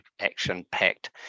action-packed